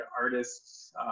artists